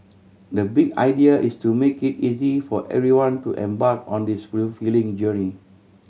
the big idea is to make it easy for everyone to embark on this fulfilling journey